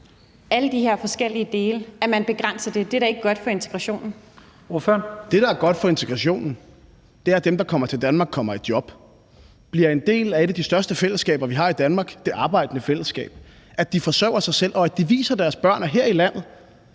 Første næstformand (Leif Lahn Jensen): Ordføreren. Kl. 14:13 Morten Dahlin (V): Det, der er godt for integrationen, er, at dem, der kommer til Danmark, kommer i job, at de bliver en del af et af de største fællesskaber, vi har i Danmark, nemlig det arbejdende fællesskab, at de forsørger sig selv, og at de viser deres børn, at her i landet